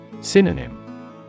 Synonym